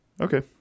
okay